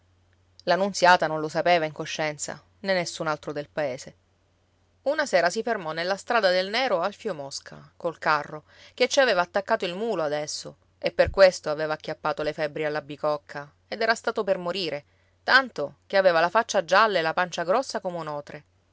nunziata non lo sapeva in coscienza né nessun altro del paese una sera si fermò nella strada del nero alfio mosca col carro che ci aveva attaccato il mulo adesso e per questo aveva acchiappato le febbri alla bicocca ed era stato per morire tanto che aveva la faccia gialla e la pancia grossa come un otre